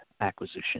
acquisition